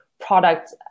product